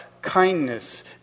kindness